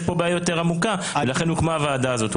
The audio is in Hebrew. פה בעיה יותר עמוקה ולכן גם הוקמה הוועדה הזאת.